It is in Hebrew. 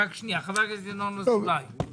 חבר הכנסת ינון אזולאי, בבקשה.